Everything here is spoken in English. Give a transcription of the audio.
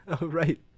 Right